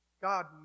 God